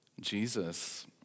Jesus